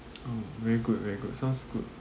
oh very good very good sounds good